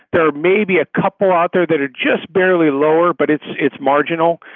there are maybe a couple out there that are just barely lower but it's it's marginal.